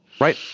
Right